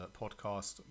podcast